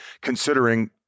considering